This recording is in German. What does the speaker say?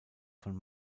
von